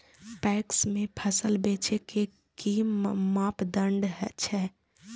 PACS में फसल बेचे के कि मापदंड छै?